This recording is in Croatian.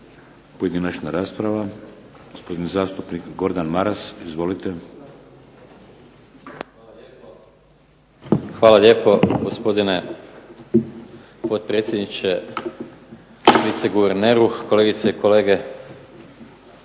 Pojedinačna rasprava, gospodin zastupnik Gordan Maras. Izvolite. **Maras, Gordan (SDP)** Hvala lijepo. Gospodine potpredsjedniče, viceguverneru, kolegice i kolege